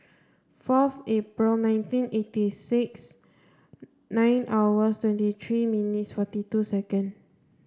fourth April nineteen eighty six nine hours twenty three minutes forty two second